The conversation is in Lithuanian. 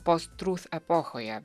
post trus epochoje